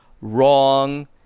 Wrong